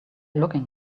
looking